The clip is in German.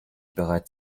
bereits